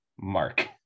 Mark